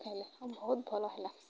ଖାଇଲେ ବହୁତ ଭଲ ହେଲା